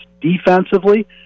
Defensively